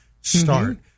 start